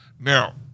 Now